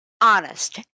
honest